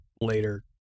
later